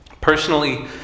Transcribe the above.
Personally